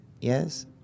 Yes